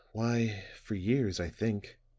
why, for years, i think,